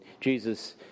Jesus